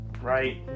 Right